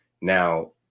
Now